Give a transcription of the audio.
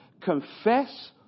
Confess